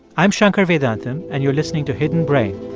i'm shankar vedantam, and you're listening to hidden brain.